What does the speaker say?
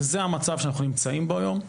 וזה המצב שאנחנו נמצאים בו היום,